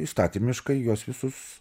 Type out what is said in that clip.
įstatymiškai juos visus